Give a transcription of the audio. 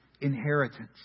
inheritance